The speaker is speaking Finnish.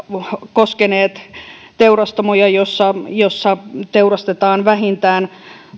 koskeneet teurastamoja joissa teurastetaan vähintään